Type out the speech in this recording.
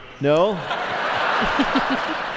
No